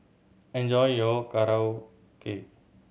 enjoy your Korokke